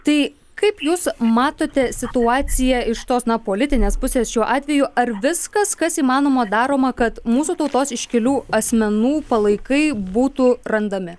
tai kaip jūs matote situaciją iš tos politinės pusės šiuo atveju ar viskas kas įmanoma daroma kad mūsų tautos iškilių asmenų palaikai būtų randami